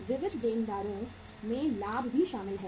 विविध देनदारों में लाभ भी शामिल है